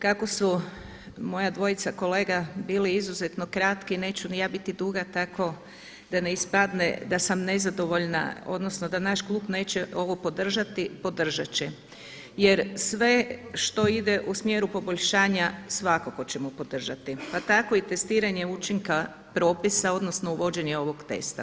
Kako su moja dvojica kolega bili izuzetno kratki, neću ni ja biti duga tako da ne ispadne da sam nezadovoljna odnosno da naš klub neće ovo podržati, podržat će jer sve što ide u smjeru poboljšanja svakako ćemo podržati, pa tako i testiranje učinka propisa odnosno uvođenje ovog testa.